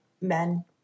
men